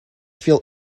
feel